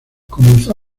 comenzó